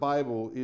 Bible